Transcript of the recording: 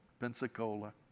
Pensacola